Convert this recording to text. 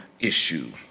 issue